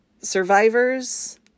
Survivors